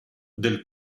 del